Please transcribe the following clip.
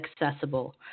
accessible